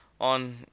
on